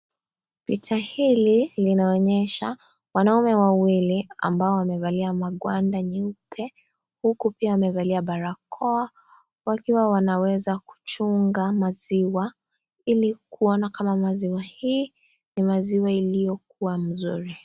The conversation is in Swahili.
Picha hili linaonyesha wanaume wawili ambao, wamevalia mangwanda nyeupe huku pia amevalia barakoa wakiwa wanaweza kuchunga maziwa ilikuana maziwa hii kama maziwa nzuri.